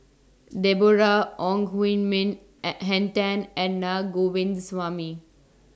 Deborah Ong Hui Min and Henn Tan and Na